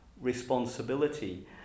responsibility